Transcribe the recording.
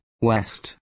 west